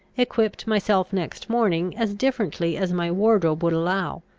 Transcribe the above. equipped myself next morning as differently as my wardrobe would allow,